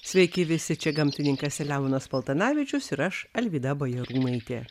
sveiki visi čia gamtininkas selemonas paltanavičius ir aš alvyda bajarūnaitė